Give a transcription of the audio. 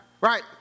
right